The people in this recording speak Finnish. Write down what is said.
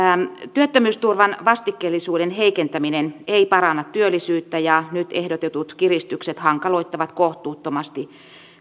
työttömyysturvan vastikkeellisuuden heikentäminen ei paranna työllisyyttä ja nyt ehdotetut kiristykset hankaloittavat kohtuuttomasti